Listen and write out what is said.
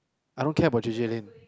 I don't care about J_J-Lin